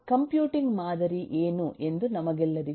computing ಮಾದರಿ ಏನು ಎಂದು ನಮಗೆಲ್ಲರಿಗೂ ತಿಳಿದಿದೆ